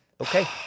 Okay